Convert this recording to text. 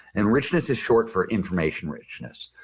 and richness is short for information richness.